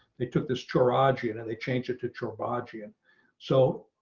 they took this taraji and and they change it to troll bochy and so